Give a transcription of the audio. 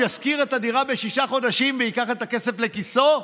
הוא ישכיר את הדירה לשישה חודשים וייקח את הכסף לכיסו?